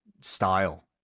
style